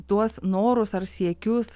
tuos norus ar siekius